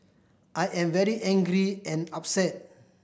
I am very angry and upset